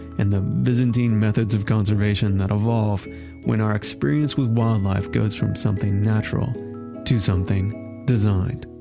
and the byzantine methods of conservation that evolve when our experience with wildlife goes from something natural to something designed.